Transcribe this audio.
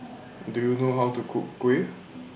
Do YOU know How to Cook Kuih